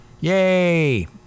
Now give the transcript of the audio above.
Yay